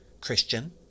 Christian